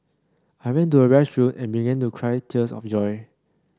I ran to the restroom and began to cry tears of joy